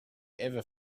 ever